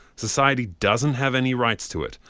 society doesn't have any rights to it.